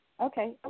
Okay